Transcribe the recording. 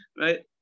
right